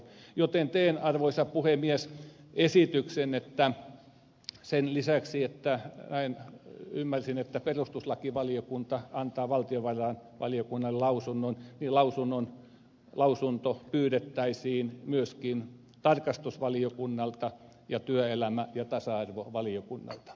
joten teen arvoisa puhemies esityksen että sen lisäksi että näin ymmärsin perustus lakivaliokunta antaa valtiovarainvaliokunnalle lausunnon lausunto pyydettäisiin myöskin tarkastusvaliokunnalta ja työelämä ja tasa arvovaliokunnalta